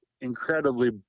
incredibly